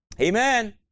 Amen